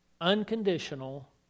Unconditional